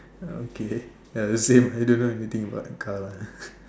oh okay ya same I don't know anything about the car lah